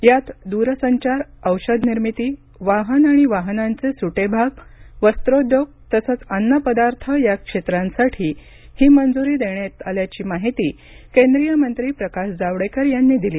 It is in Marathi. यात दूरसंचार औषध निर्मिती वाहन आणि वाहनांचे सुटे भाग वस्त्रोद्योग तसंच अन्नपदार्थ या क्षेत्रांसाठी ही मंजूरी देण्यात आल्याची माहिती केंद्रीय मंत्री प्रकाश जावडेकर यांनी दिली